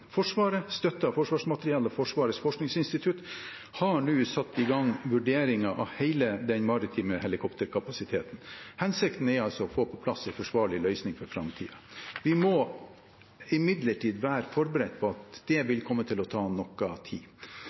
Forsvaret, støttet av Forsvarsmateriell og Forsvarets forskningsinstitutt, har nå satt i gang vurderinger av hele den maritime helikopterkapasiteten. Hensikten er å få på plass en forsvarlig løsning for framtiden. Vi må imidlertid være forberedt på at det vil komme til å ta noe tid.